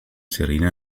sirene